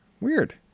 Weird